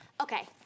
okay